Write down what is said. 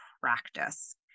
practice